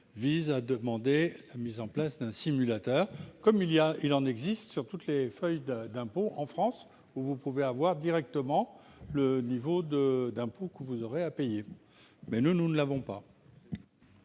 vise à demander la mise en place d'un simulateur, comme il en existe pour toutes les feuilles d'impôts en France, qui vous permet de connaître directement le niveau d'impôts que vous aurez à payer. Nous, nous n'en avons pas